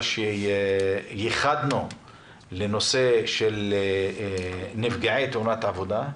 שייחדנו לנושא של נפגעי תאונות עבודה.